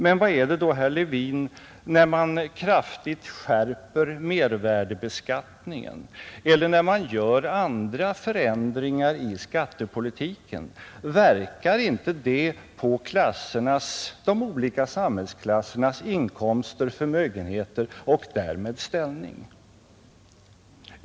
Men, herr Levin, när man kraftigt skärper mervärdebeskattningen eller gör andra förändringar i skattepolitiken, inverkar inte det på de olika samhällsklassernas inkomster och förmögenheter och därmed ställning?